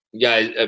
Guys